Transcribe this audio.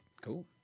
Cool